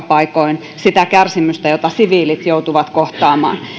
paikoin seurata sitä kärsimystä jota siviilit joutuvat kohtaamaan